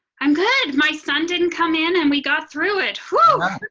i'm good. my son didn't come in and we got through it.